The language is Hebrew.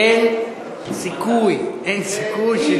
אין סיכוי, אין סיכוי,